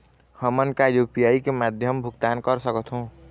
हमन का यू.पी.आई के माध्यम भुगतान कर सकथों?